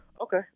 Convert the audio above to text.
Okay